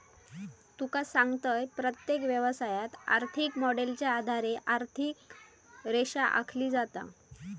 तुका सांगतंय, प्रत्येक व्यवसायात, आर्थिक मॉडेलच्या आधारे आर्थिक रेषा आखली जाता